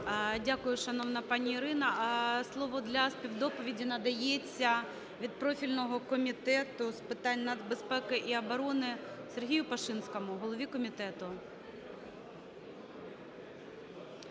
Дякую, шановна пані Ірино. Слово для співдоповіді надається від профільного Комітету з питань нацбезпеки і оборони Сергію Пашинському голові комітету.